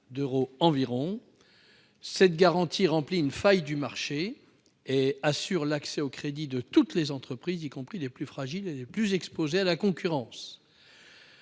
d'euros. Cette garantie comble une faille du marché et assure l'accès au crédit de toutes les entreprises, y compris celles qui sont les plus fragiles et les plus exposées à la concurrence.